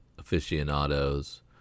Aficionados